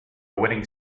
winning